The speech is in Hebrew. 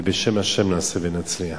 ובשם השם נעשה ונצליח.